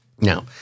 Now